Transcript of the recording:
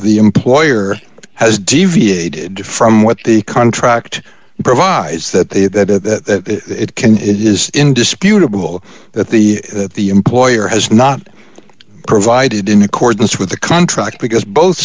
the employer has deviated from what the contract provides that the that it can it is indisputable that the that the employer has not provided in accordance with the contract because both